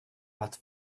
but